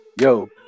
yo